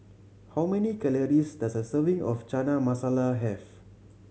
how many calories does a serving of Chana Masala have